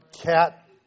Cat